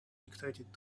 dictated